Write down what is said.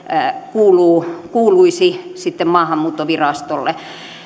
kuuluisi sitten maahanmuuttovirastolle